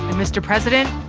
mr. president,